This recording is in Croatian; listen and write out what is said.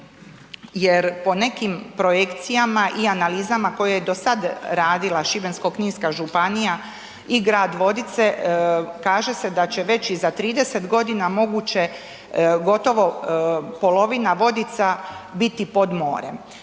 jer po nekim projekcijama i analizama koje je dosad radila Šibensko-kninska županija i grad Vodice kaže se da će već i za 30 godina moguće gotovo polovina Vodica biti pod morem.